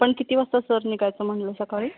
पण किती वाजता सर निघायचं म्हटलं सकाळी